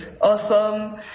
awesome